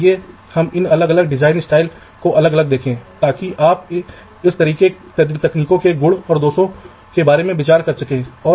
तो हम मोटे तौर पर दो तरीकों के बारे में बात करते हैं पहले दृष्टिकोण को ग्रिड संरचना के रूप में जाना जाता है